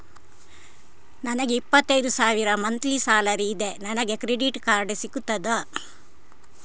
ನನಗೆ ಇಪ್ಪತ್ತೈದು ಸಾವಿರ ಮಂತ್ಲಿ ಸಾಲರಿ ಇದೆ, ನನಗೆ ಕ್ರೆಡಿಟ್ ಕಾರ್ಡ್ ಸಿಗುತ್ತದಾ?